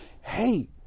hey